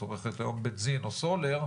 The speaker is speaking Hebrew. היא צורכת היום בנזין או סולר,